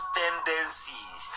tendencies